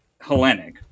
Hellenic